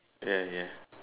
ya ya